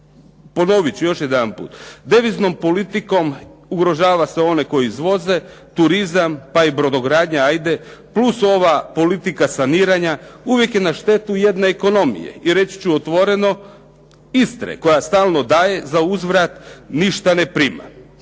Ponoviti ću još jedanput, deviznom politikom ugrožava se one koji izvoze, turizam, pa i brodogradnja ajde plus ova politika saniranja, uvijek je na štetu jedne ekonomije, i reći ću otvoreno Istre koja stalno daje, za uzvrat ništa ne prima.